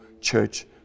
church